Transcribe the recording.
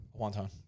Wonton